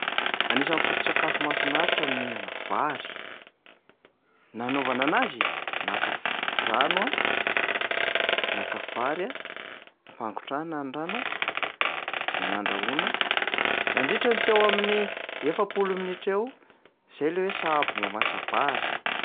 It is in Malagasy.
Anisan'ny foto-tsakafo mahafinaritra ny mihinana vary. Nanaovana anazy? Naka f- rano aho, naka vary aho, ampangotrahana ny rano a de nandrahoina. Nandritran'ny teo amin'ny efapolo minitra eo, zay le hoe sahabo mahamasa-bary.